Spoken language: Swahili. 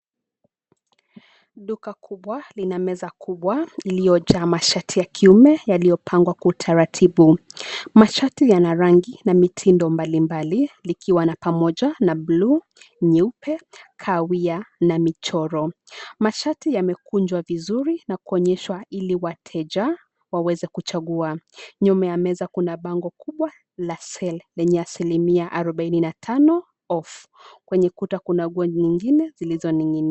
Duka kubwa lina meza kubwa ilyojaa mashati ya kiume yaliyopangwa kwa utaratibu. Mashati yana rangi na mitindo mbalimbali likiwa na pamoja na buluu, nyeupe, kahawia na michoro. Mashati yamekunjwa vizuri na kuonyeshwa ili wateja waweze kuchagua. Nyuma ya meza kuna bango kubwa la sale lenye asilimia arobaini na tano off . Kwenye kuta kuna nguo zingine zilizoning'inia